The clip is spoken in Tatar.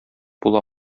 була